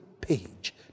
page